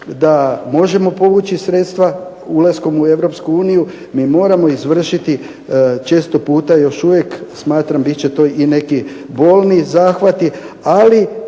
da možemo povući sredstva ulaskom u Europsku uniju. Mi moramo izvršiti često puta još uvijek smatram bit će to i neki bolni zahvati, ali